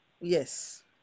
Yes